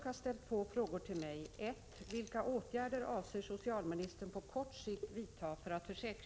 Herr talman!